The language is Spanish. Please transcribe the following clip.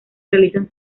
realizan